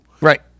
Right